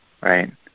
right